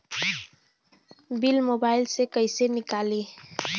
Bill mobile से कईसे निकाली?